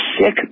sick